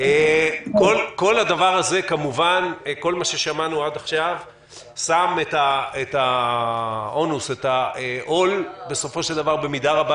כל מה ששמענו עד עכשיו שם את העול במידה רבה